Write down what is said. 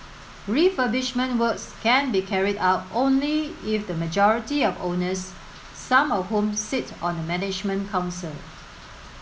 refurbishment works can be carried out only if the majority of owners some of whom sit on the management council